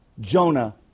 Jonah